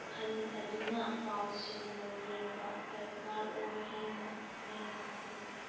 ꯈꯟꯊꯗꯨꯅ ꯄꯥꯎꯁꯤꯡꯕꯨ ꯌꯦꯡꯕ ꯗ꯭ꯔꯀꯥꯔ ꯑꯣꯏ ꯍꯥꯏꯅ ꯑꯩꯅ ꯈꯜꯂꯤ